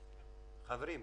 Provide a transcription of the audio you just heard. חברים,